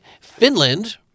Finland